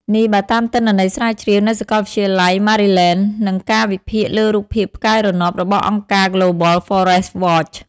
នេះបើតាមទិន្នន័យស្រាវជ្រាវនៅសកលវិទ្យាល័យ Maryland និងការវិភាគលើរូបភាពផ្កាយរណបរបស់អង្គការ Global Forest Watch។